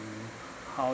how